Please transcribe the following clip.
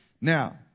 Now